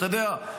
אתה יודע,